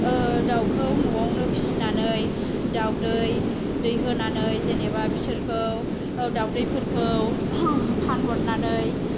दाउखौ न'आवनो फिसिनानै दाउदै दैहोनानै जेनेबा बिसोरखौ दाउदैफोरखौ फानहरनानै